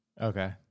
okay